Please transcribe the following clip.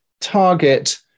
target